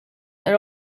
are